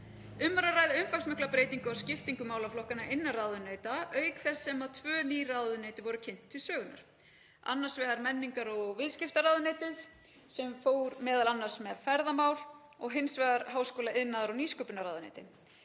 Um var að ræða umfangsmikla breytingu á skiptingu málaflokka innan ráðuneyta, auk þess sem tvö ný ráðuneyti voru kynnt til sögunnar, annars vegar menningar- og viðskiptaráðuneytið sem fór m.a. með ferðamál og hins vegar háskóla-, iðnaðar- og nýsköpunarráðuneytið.